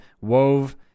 wove